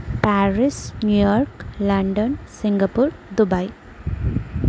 Paris New York London Singapore Dubai